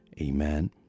Amen